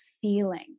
feeling